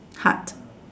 heart